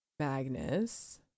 Magnus